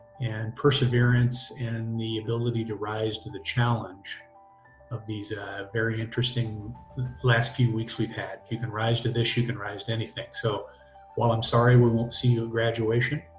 and perserverance, and the ability to rise to the challenge of these very interesting last few weeks we've had. if you can rise to this, you can rise to anything, so while i'm sorry we won't see your graduation,